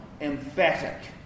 emphatic